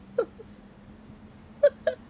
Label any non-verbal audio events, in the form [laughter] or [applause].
[laughs]